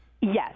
Yes